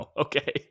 okay